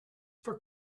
for